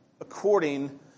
according